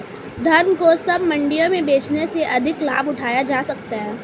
धान को कब मंडियों में बेचने से अधिक लाभ उठाया जा सकता है?